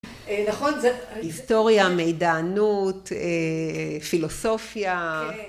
נכון. זה ההיסטוריה, מידענות, פילוסופיה.